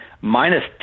minus